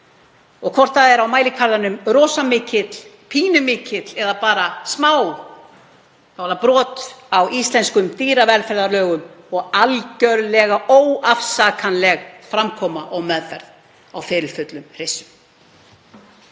Hvort það er á mælikvarðanum rosalega mikill, pínu mikill eða bara smá, þá er það brot á íslenskum dýravelferðarlögum og algerlega óafsakanleg framkoma og meðferð á fylfullum hryssum.